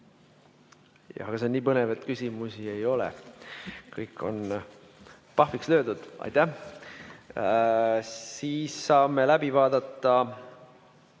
Jah, aga see on nii põnev, et küsimusi ei ole. Kõik on pahviks löödud. Aitäh! Siis saame läbi vaadata ...